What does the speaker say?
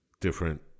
different